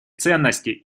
ценности